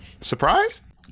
Surprise